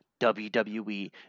WWE